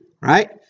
right